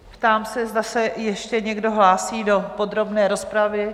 Ptám se, zda se ještě někdo hlásí do podrobné rozpravy?